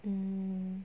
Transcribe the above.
mm